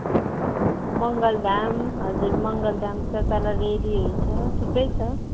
मङ्गलधाम हजुर मङ्गलधाम छ तल रेलीहरू छ थुप्रै छ